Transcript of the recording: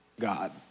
God